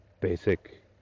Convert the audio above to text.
basic